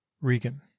Regan